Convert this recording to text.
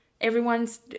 everyone's